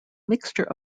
mixture